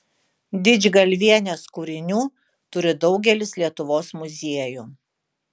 didžgalvienės kūrinių turi daugelis lietuvos muziejų